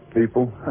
people